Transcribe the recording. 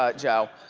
ah joe.